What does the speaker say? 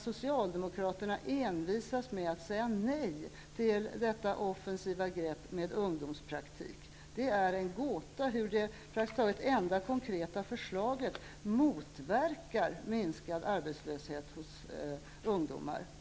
Socialdemokraterna envisas i stället med att säga nej till det offensiva greppet med ungdomspraktik. Det är en gåta hur detta det enda konkreta förslaget i sammanhanget skulle motverka en minskning av arbetslösheten hos ungdomar.